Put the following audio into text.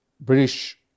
British